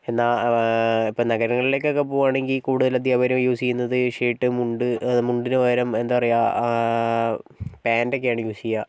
എന്നാൽ ഇപ്പോൾ നഗരങ്ങളിലേക്കൊക്കെ പോവുകയാണെങ്കിൽ കൂടുതൽ അധ്യാപകർ യൂസ് ചെയ്യുന്നത് ഈ ഷർട്ട് മുണ്ട് മുണ്ടിനുപകരം എന്താണ് പറയുക പാൻറ് ഒക്കെയാണ് യൂസ് ചെയ്യുക